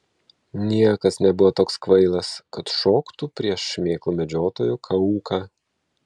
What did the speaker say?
niekas nebuvo toks kvailas kad šoktų prieš šmėklų medžiotojo kauką